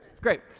Great